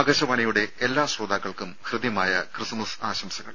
ആകാശവാണിയുടെ എല്ലാ ശ്രോതാക്കൾക്കും ഹൃദ്യമായ ക്രിസ്മസ് ആശംസകൾ